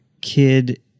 kid